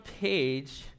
page